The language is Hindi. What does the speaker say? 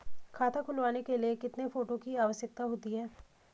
खाता खुलवाने के लिए कितने फोटो की आवश्यकता होती है?